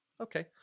Okay